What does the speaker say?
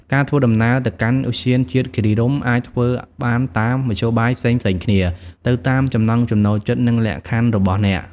ការធ្វើដំណើរទៅកាន់ឧទ្យានជាតិគិរីរម្យអាចធ្វើបានតាមមធ្យោបាយផ្សេងៗគ្នា ទៅតាមចំណង់ចំណូលចិត្ត និងលក្ខខណ្ឌរបស់អ្នក។